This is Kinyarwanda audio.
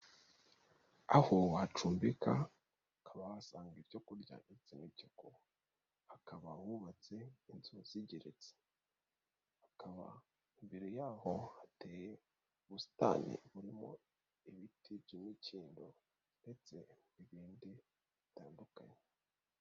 Aho wacumbika, ukaba wahasanga ibyo kurya ndetse n'ibyo kunywa. Hakaba hubatse inzu zigeretse. Hakaba imbere ya ho hateye ubusitani burimo ibiti by'imikindo, ndetse n'ibindi bitandukanye.